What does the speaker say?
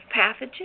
pathogen